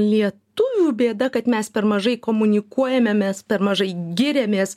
lietuvių bėda kad mes per mažai komunikuojame mes per mažai giriamės